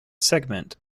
segment